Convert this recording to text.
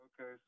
Okay